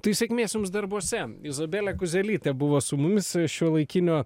tai sėkmės jums darbuose izabelė kuzelytė buvo su mumis šiuolaikinio